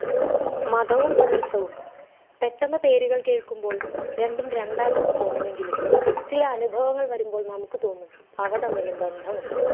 മതവും ടൂറിസവും പെട്ടെന്ന് പേരുകൾ കേൾക്കുമ്പോൾ രണ്ടും രണ്ടാണെന്ന് തോന്നുമെങ്കിലും ചില അനുഭവങ്ങൾ വരുമ്പോൾ നമുക്ക് തോന്നും അവ തമ്മിലും ബന്ധമുണ്ടെന്ന്